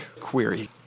query